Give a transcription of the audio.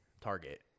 Target